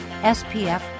SPF